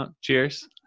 Cheers